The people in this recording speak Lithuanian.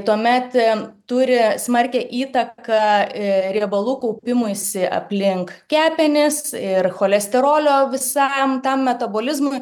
tuomet turi smarkią įtaką riebalų kaupimuisi aplink kepenis ir cholesterolio visam tam metabolizmui